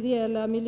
göra det.